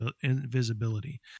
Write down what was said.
invisibility